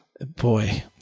boy